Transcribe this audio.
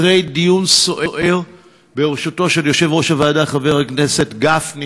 אחרי דיון סוער בראשות יושב-ראש הוועדה חבר הכנסת גפני